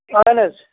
اَہن حظ